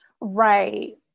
Right